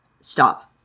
stop